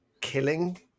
killing